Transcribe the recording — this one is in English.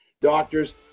doctors